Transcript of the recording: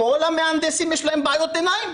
כל המהנדסים יש להם בעיות עיניים?